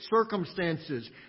circumstances